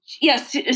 yes